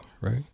right